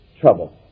trouble